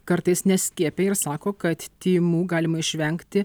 kartais neskiepija ir sako kad tymų galima išvengti